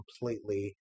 completely